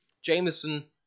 Jameson